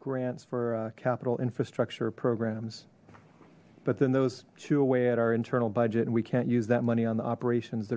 grants for capital infrastructure programs but then those two away at our internal budget and we can't use that money on the operations the